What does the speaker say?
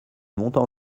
montant